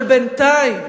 אבל בינתיים,